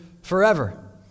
forever